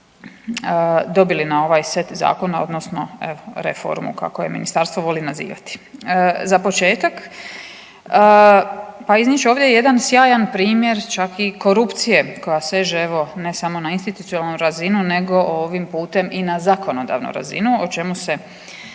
dobili na ovaj set zakona odnosno reformu kako je ministarstvo voli nazivati. Za početak pa iznijet ću ovdje jedan sjajan primjer čak i korupcije koja seže evo ne samo na institucionalnu razinu nego ovim putem i na zakonodavnu razinu. O čemu